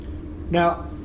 Now